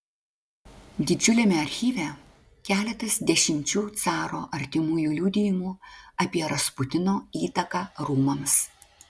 didžiuliame archyve keletas dešimčių caro artimųjų liudijimų apie rasputino įtaką rūmams